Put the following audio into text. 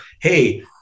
hey